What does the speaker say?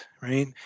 right